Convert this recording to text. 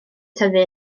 tyfu